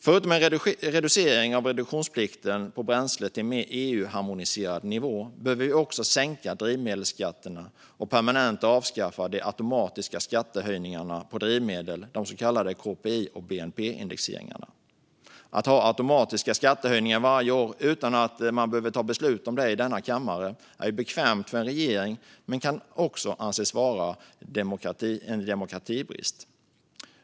Förutom en reducering av reduktionsplikten på bränslet till en mer EU-harmoniserad nivå behöver vi också sänka drivmedelsskatterna och permanent avskaffa de automatiska skattehöjningarna på drivmedel, de så kallade KPI och bnp-indexeringarna. Att genomföra automatiska skattehöjningar varje år utan att man behöver fatta beslut om det i denna kammare är bekvämt för en regering men kan också anses vara en demokratibrist.